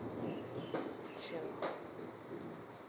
sure